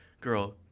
girl